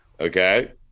Okay